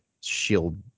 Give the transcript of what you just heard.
shield